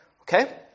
Okay